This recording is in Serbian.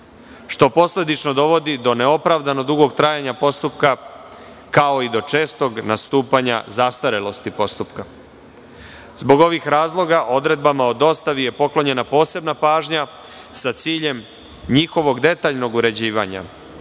što posledično dovodi do neopravdano dugog trajanja postupka, kao i do čestog nastupanja zastarelosti postupka. Zbog ovih razloga, odredbama o dostavi je poklonjena posebna pažnja sa ciljem njihovog detaljnog uređivanja,